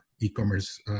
e-commerce